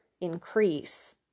increase